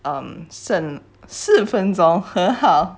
um 盛四分钟很好